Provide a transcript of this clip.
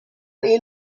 این